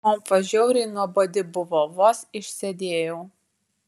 konfa žiauriai nuobodi buvo vos išsėdėjau